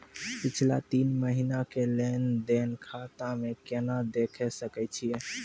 पिछला तीन महिना के लेंन देंन खाता मे केना देखे सकय छियै?